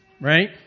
Right